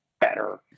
better